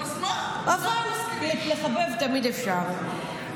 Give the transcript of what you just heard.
אבל לחבב תמיד אפשר.